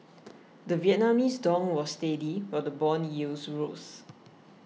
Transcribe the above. the Vietnamese dong was steady while the bond yields rose